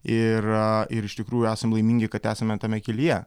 ir ir iš tikrųjų esam laimingi kad esame tame kelyje